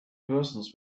persons